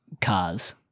cars